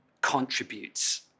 contributes